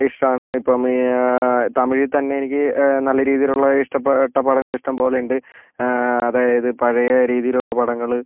ഇഷ്ടമാണ് ഇപ്പം തമിഴിൽ തന്നെ എനിക്ക് നല്ല രീതിയിലുള്ള ഇഷ്ടപ്പെട്ട പടങ്ങൾ ഇഷ്ടം പോലെ ഉണ്ട് അതായത് പഴയ രീതിയിലുള്ള പടങ്ങൾ